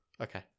Okay